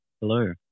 Hello